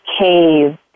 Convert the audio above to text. cave